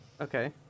okay